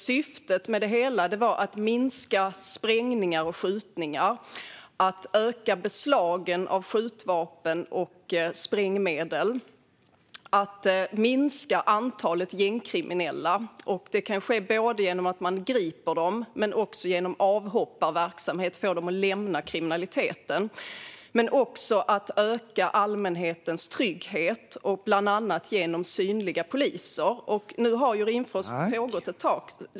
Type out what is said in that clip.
Syftet var att minska antalet sprängningar och skjutningar, öka beslagen av skjutvapen och sprängmedel och minska antalet gängkriminella - det kan ske både genom att man griper dem och att man genom avhopparverksamhet får dem att lämna kriminaliteten - och att öka allmänhetens trygghet, bland annat genom synliga poliser. Nu har Rimfrost pågått ett tag.